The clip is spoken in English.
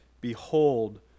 behold